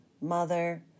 mother